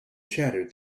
chattered